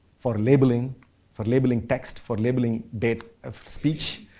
for labeling for labeling text, for labeling date of speech,